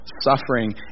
Suffering